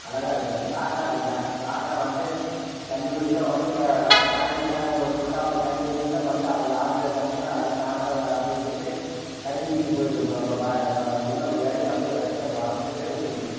அழகாக இருக்கும் காக்கா அப்படிதான் காக்கா வந்து தண்ணி குடிக்க வந்து பானையில் தானே ஒரு குண்டாவில் தண்ணி வச்சுருந்தா வந்து ஆள் இல்லாத சமயத்தில் அது தானாக குடிச்சுட்டு தண்ணியை தூக்கிட்டுப் போயிடும் அப்போ ப உள்ளே இறங்கி அப்படியே றெக்கை பறந்துகிட்டு தெளிக்கும்